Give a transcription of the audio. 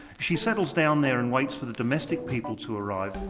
she settles down there and waits for the domestic people to arrive,